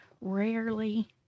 rarely